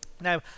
Now